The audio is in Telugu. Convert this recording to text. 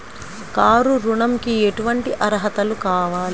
కారు ఋణంకి ఎటువంటి అర్హతలు కావాలి?